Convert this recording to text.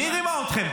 מי רימה אתכם?